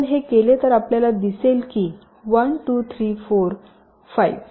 जर आपण हे केले तर आपल्याला दिसेल की 1 2 3 4 5